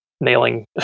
nailing